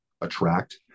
attract